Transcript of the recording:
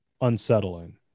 unsettling